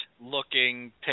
looking